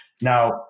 Now